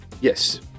yes